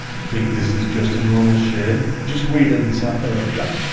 think this is just a normal shed just waited inside yeah,